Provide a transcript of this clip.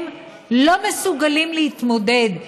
הם לא מסוגלים להתמודד.